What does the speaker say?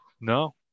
No